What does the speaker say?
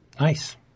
Nice